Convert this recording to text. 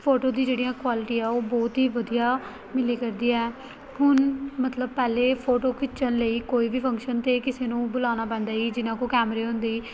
photo ਦੀ ਜਿਹੜੀ ਆ ਕੁਆਲਟੀ ਆ ਉਹ ਬਹੁਤ ਹੀ ਵਧੀਆ ਮਿਲਿਆ ਕਰਦੀ ਹੈ ਹੁਣ ਮਤਲਬ ਪਹਿਲਾਂ ਫੋਟੋ ਖਿੱਚਣ ਲਈ ਕੋਈ ਵੀ ਫੰਕਸ਼ਨ 'ਤੇ ਕਿਸੇ ਨੂੰ ਬੁਲਾਉਣਾ ਪੈਂਦਾ ਸੀ ਜਿਹਨਾਂ ਕੋਲ ਕੈਮਰੇ ਹੁੰਦੇ ਸੀ